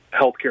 healthcare